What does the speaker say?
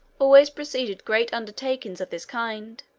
always preceded great undertakings of this kind.